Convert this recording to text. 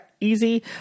easy